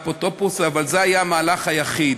האפוטרופוס, אבל זה היה המהלך היחיד.